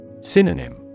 Synonym